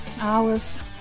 Hours